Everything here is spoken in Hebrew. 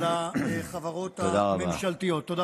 תן לי.